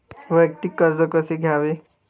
वैयक्तिक कर्ज कसे घ्यावे?